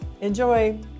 Enjoy